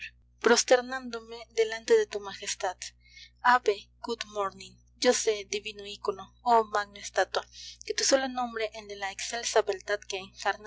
prosternándome delante de tu majestad ave good morning yo sé divino icono oh magna estatua que tu solo nombre el de la excelsa beldad que